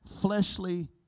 fleshly